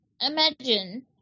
imagine